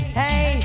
hey